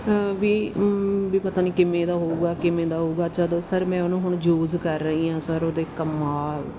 ਵੀ ਵੀ ਪਤਾ ਨਹੀਂ ਕਿਵੇਂ ਦਾ ਹੋਊਗਾ ਕਿਵੇਂ ਦਾ ਹੋਊਗਾ ਜਦੋਂ ਸਰ ਮੈਂ ਉਹਨੂੰ ਹੁਣ ਯੂਜ਼ ਕਰ ਰਹੀ ਹਾਂ ਸਰ ਉਹਦੇ ਕਮਾਲ